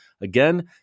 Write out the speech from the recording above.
Again